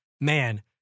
man